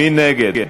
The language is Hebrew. מי נגד?